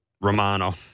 Romano